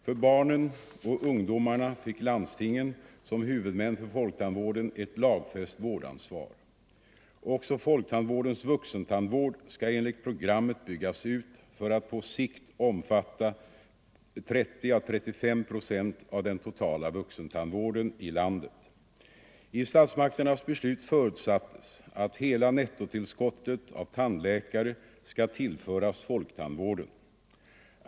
För barnen och ungdomarna fick landstingen som huvudmän för folktandvården ett lagfäst vårdansvar. Också folktandvårdens vuxentandvård skall enligt programmet byggas ut för att på sikt omfatta 30-35 procent av den totala vuxentandvården i landet. I statsmakternas beslut förutsattes att hela nettotillskottet av tandläkare skall tillföras folktandvården.